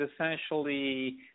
essentially